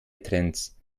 trends